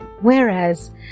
whereas